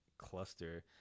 cluster